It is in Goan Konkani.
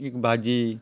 भाजी